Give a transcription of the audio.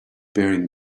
bearing